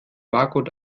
margot